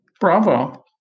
bravo